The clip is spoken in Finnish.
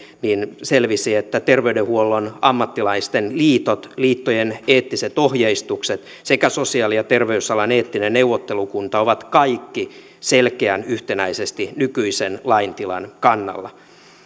niin selvisi että terveydenhuollon ammattilaisten liitot liittojen eettiset ohjeistukset sekä sosiaali ja terveysalan eettinen neuvottelukunta ovat kaikki selkeän yhtenäisesti nykyisen lain kannalla